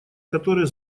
которые